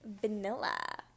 vanilla